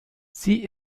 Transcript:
sie